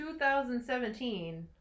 2017